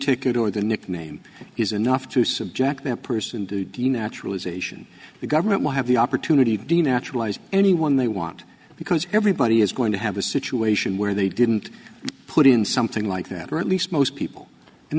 ticket or the nickname is enough to subject that person do d naturalization the government will have the opportunity to deem naturalized anyone they want because everybody is going to have a situation where they didn't put in something like that or at least most people and